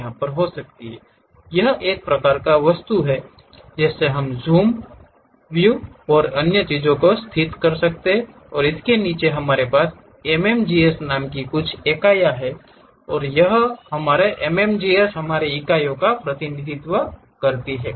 यहाँ एक अन्य वस्तु है ज़ूम व्यूज़ और अन्य चीजें स्थित हैं और नीचे हमारे पास MMGS नाम की कुछ इकाइयाँ हैं और यह MMGS हमारी इकाइयों का प्रतिनिधित्व करती है